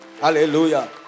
Hallelujah